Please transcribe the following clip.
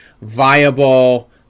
viable